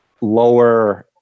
lower